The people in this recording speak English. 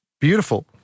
beautiful